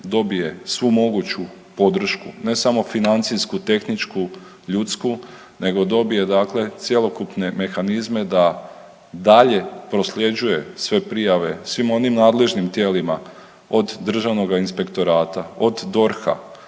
dobije svu moguću podršku, ne samo financijsku, tehničku, ljudsku neto dobije dakle cjelokupne mehanizme da dalje prosljeđuje sve prijave svim onim nadležnim tijelima od državnoga inspektorata, od DORH-a,